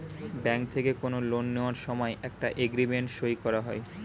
bank থেকে কোনো loan নেওয়ার সময় একটা এগ্রিমেন্ট সই করা হয়